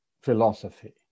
philosophy